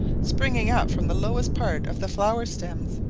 springing up from the lowest part of the flower-stems,